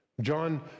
John